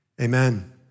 amen